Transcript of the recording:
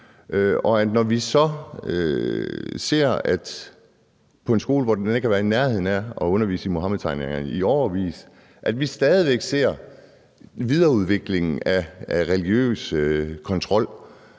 Og når vi så på en skole, hvor man ikke har været i nærheden af at undervise i Muhammedtegningerne i årevis, stadig ser videreudviklingen af religiøs kontrol,